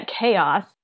chaos